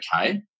okay